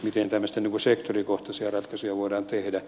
miten tämmöisiä sektorikohtaisia ratkaisuja voidaan tehdä